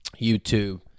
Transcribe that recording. YouTube